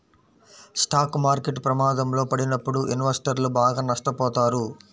stock market ప్రమాదంలో పడినప్పుడు ఇన్వెస్టర్లు బాగా నష్టపోతారు